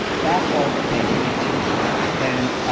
that all changed and